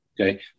Okay